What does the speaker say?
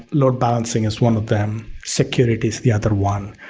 load balancing is one of them, security is the other one,